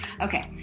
okay